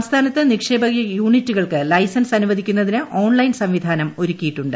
സംസ്ഥാനത്ത് നിക്ഷേപക യൂണിറ്റുകൾക്ക് ലൈസൻസ് അനുവദിക്കുന്നതിന് ഓൺലൈൻ സംവിധാനം ഒരുക്കിയിട്ടുണ്ട്